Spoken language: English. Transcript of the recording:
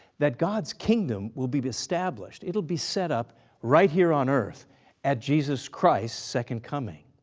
that god's kingdom will be be established, it will be set up right here on earth at jesus christ's second coming.